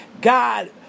God